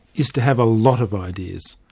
is to have a lot of ideas.